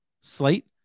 slate